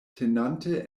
tenante